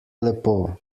lepo